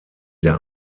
der